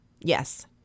Yes